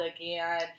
again